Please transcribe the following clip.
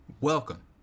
Welcome